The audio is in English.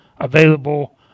available